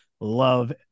love